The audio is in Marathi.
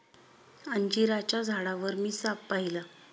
अंजिराच्या झाडावर मी साप पाहिला